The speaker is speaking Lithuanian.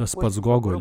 tas pats gogolio